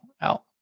out